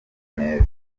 neza